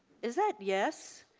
is that yes,